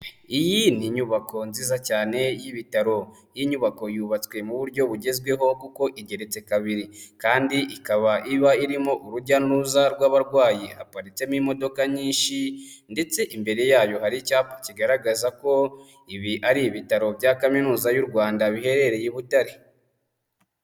Iyi ni inyubako nziza cyane y'ibitaro iyi nyubako yubatswe mu buryo bugezweho kuko igeretse kabiri kandi ikaba irimo urujya n'uruza rw'abarwayi, haparitsemo imodoka nyinshi ndetse imbere yayo hari icyapa kigaragaza ko ibi ari ibitaro bya kaminuza y'u Rwanda biherereye i Butare.